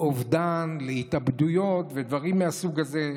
לאובדן, להתאבדויות ודברים מהסוג הזה.